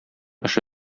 эше